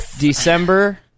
December